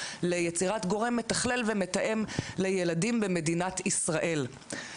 ליצירת גורם מתכלל ומתאם לילדים במדינת ישראל.